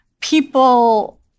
people